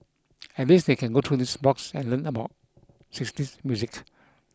at least they can go through his blogs and learn about sixties music